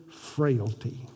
frailty